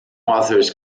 authors